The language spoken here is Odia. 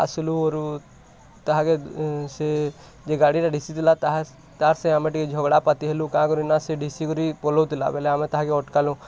ଆସିଲୁ ଘରୁ ତାହାକେ ସିଏ ଯିଏ ଗାଡ଼ି ରେ ଢିସି ଥିଲା ତାହା ତାର୍ ସାଙ୍ଗେ ଆମେ ଟିକେ ଝଗଡ଼ା ପାତି ହେଲୁ କା କରି ନା ସେ ଢିସି କରି ପଲଉଥିଲା ବେଲେ ଆମେ ତାହାକେ ଅଟକାଲୁ